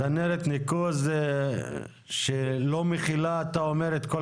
צנרת ניקוז שלא מכילה את כל